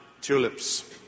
tulips